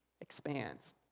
expands